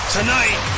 Tonight